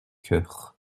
cœur